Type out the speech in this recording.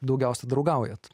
daugiausiai draugaujat